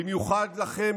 במיוחד לכם,